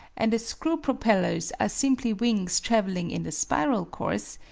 and as screw-propellers are simply wings traveling in a spiral course,